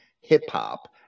hip-hop